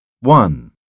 one